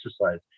exercise